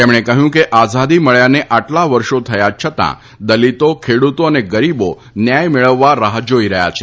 તેમણે કહયું કે આઝાદી મળ્યાને આટલા વર્ષો થયા છતાં દલીતો ખેડુતો તથા ગરીબો ન્યાય મેળવવા રાહ જાઈ રહયાં છે